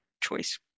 choice